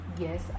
yes